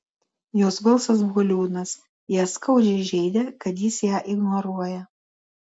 jos balsas buvo liūdnas ją skaudžiai žeidė kad jis ją ignoruoja